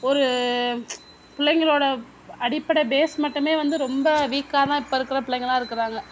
ஒரு பிள்ளைங்களோட அடிப்படை பேஸ்மட்டமே வந்து ரொம்ப வீக்காகதான் இப்போ இருக்கிற பிள்ளைங்களா இருக்கிறாங்க